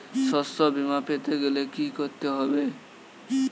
শষ্যবীমা পেতে গেলে কি করতে হবে?